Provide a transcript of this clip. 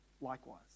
likewise